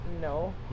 No